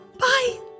Bye